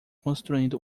construindo